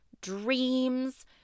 dreams